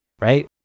right